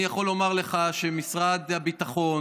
אני יכול לומר לך שמשרד הביטחון,